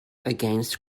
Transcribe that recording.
against